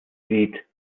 lied